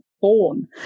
born